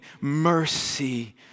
mercy